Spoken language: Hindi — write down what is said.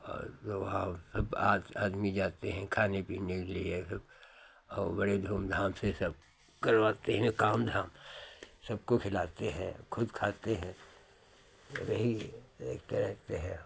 और जो वहाँ सब आद आदमी जाते हैं खाने पीने के लिए सब औ बड़े धूमधाम से सब करवाते हैं काम धाम सबको खिलाते हैं खुद खाते हैं रही एक रहते हैं